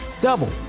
double